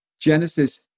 Genesis